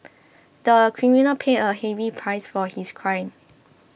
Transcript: the criminal paid a heavy price for his crime